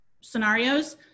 scenarios